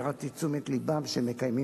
הערתי את תשומת לבם לכך שהם מקיימים